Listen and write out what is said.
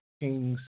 Kings